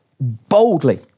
boldly